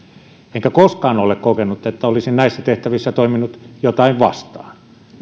enkä koskaan ole kokenut että olisin näissä tehtävissä toiminut jotain vastaan